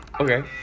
Okay